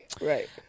Right